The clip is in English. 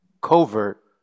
covert